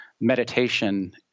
meditation